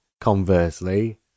conversely